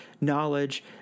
knowledge